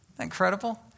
incredible